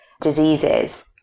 diseases